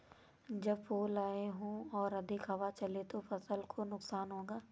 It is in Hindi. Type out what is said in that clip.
जब फूल आए हों और अधिक हवा चले तो फसल को नुकसान होगा?